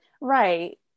Right